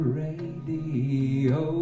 radio